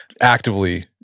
actively